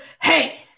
Hey